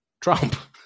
Trump